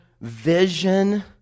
vision